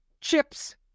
chips